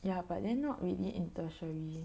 ya but then not really in tertiary